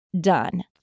Done